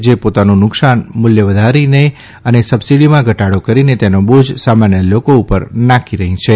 જે ોતાનું નુકસાન મૂલ્ય વધારીને અને સબસીડીમાં ઘટાડો કરીને તેનો બોજા સામાન્ય લોકો ઉપ ર નાંખી રહી છે